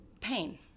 pain